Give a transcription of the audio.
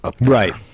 right